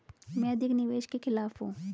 मैं अधिक निवेश के खिलाफ हूँ